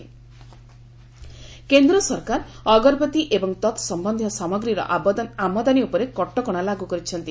government ଅଗରବତୀ କେନ୍ଦ୍ର ସରକାର' ଅଗରବତୀ ଏବଂ ତତ୍ ସମ୍ଭନ୍ଧୀୟ ସାମଗ୍ରୀର ଆମଦାନୀ ଉପରେ କଟକଣା ଲାଗୁ କରିଛନ୍ତି